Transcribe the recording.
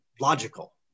logical